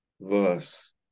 verse